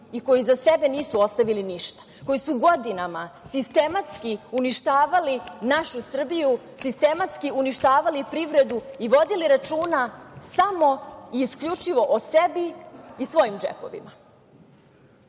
i koji iza sebe nisu ostavili ništa, koji su godinama sistematski uništavali našu Srbiju, sistematski uništavali privredu i vodili računa samo i isključivo o sebi i svojim džepovima. Danas